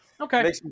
okay